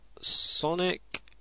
Sonic